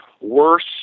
Worse